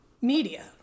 media